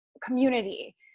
community